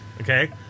Okay